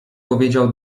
powiedział